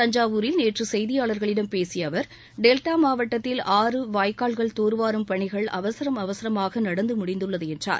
தஞ்சாவூரில் நேற்று செய்தியாளர்களிடம் பேசிய அவர் டெல்டா மாவட்டத்தில் ஆறு வாய்க்கால்கள் தூர்வாரும் பணி அவசரம் அவசரமாக நடந்து முடிந்துள்ளது என்றார்